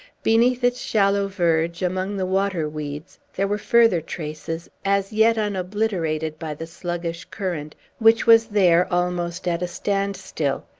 beneath its shallow verge, among the water-weeds, there were further traces, as yet unobliterated by the sluggish current, which was there almost at a standstill.